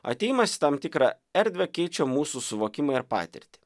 atėjimas į tam tikrą erdvę keičia mūsų suvokimą ir patirtį